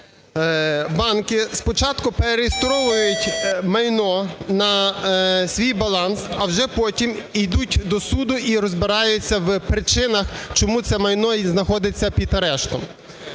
банки спочатку перереєстровують майно на свій баланс, а вже потім ідуть до суду і розбираються у причинах, чому це майно знаходиться під арештом.